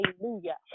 Hallelujah